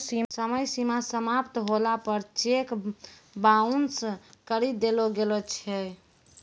समय सीमा समाप्त होला पर चेक बाउंस करी देलो गेलो छै